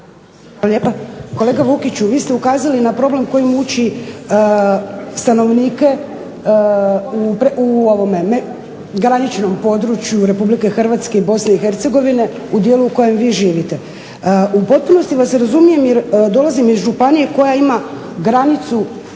Hvala lijepa. Kolega Vukiću vi ste ukazali na problem koji muči stanovnike u graničnom području Republike Hrvatske i Bosne i Hercegovine u dijelu u kojem vi živite. U potpunosti vas razumijem jer dolazim iz županije koja ima granicu